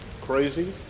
crazy